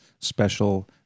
special